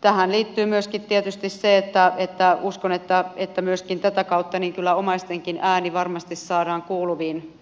tähän liittyy myöskin tietysti se että uskon että myöskin tätä kautta kyllä omaistenkin ääni varmasti saadaan kuuluviin